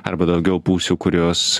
arba daugiau pusių kurios